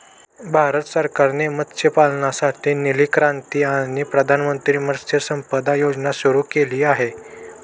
भारत सरकारने मत्स्यपालनासाठी निळी क्रांती आणि प्रधानमंत्री मत्स्य संपदा योजना सुरू केली आहे